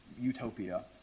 utopia